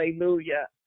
hallelujah